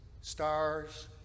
stars